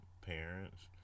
parents